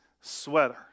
Sweater